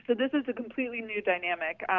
this is a completely new dynamic.